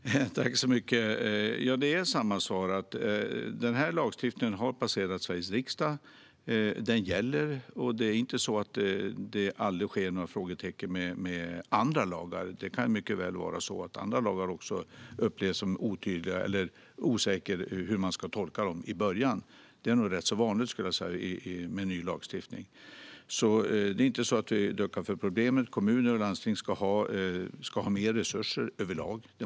Fru talman! Svaret är detsamma: Denna lagstiftning har passerat Sveriges riksdag, och den gäller. Det är inte så att det aldrig uppstår några frågetecken kring andra lagar. Även andra lagar kan mycket väl upplevas som otydliga, och det kan uppstå osäkerhet om tolkningen i början. Det är nog rätt vanligt när det gäller ny lagstiftning. Vi duckar inte för problemet. Kommuner och landsting måste ha mer resurser överlag.